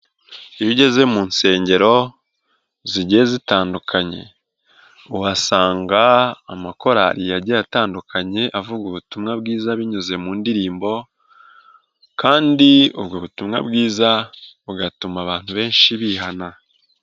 Iyo ugeze mu nsengero zigiye zitandukanye, uhasanga amakorali yagiye atandukanye avuga ubutumwa bwiza binyuze mu ndirimbo, kandi ubwo butumwa bwiza bugatuma abantu benshi bihana.